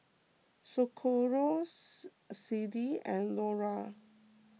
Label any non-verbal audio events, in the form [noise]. Socorro [noise] Clydie and Lora